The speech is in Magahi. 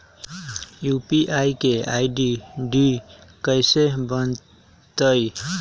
यू.पी.आई के आई.डी कैसे बनतई?